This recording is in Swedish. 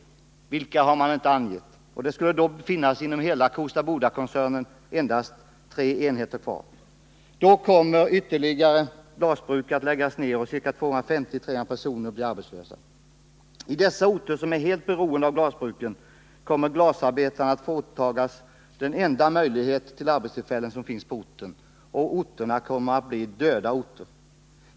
Vilka enheter det gäller har man inte angett. Det skulle därefter inom hela Kosta Boda-koncernen komma att finnas kvar endast tre glasbruk. Då föreslås att ytterligare glasbruk skall läggas ned och 250 å 300 personer bli arbetslösa. På dessa orter, som är helt beroende av glasbruken, kommer glasarbetarna på detta sätt att fråntas den enda möjligheten till arbete. Glasbruket är den enda arbetsplats som finns på orten, och orterna kommer att bli döda orter.